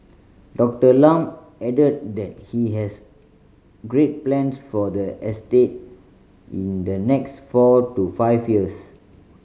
Doctor Lam added that he has great plans for the estate in the next four to five years